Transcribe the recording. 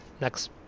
next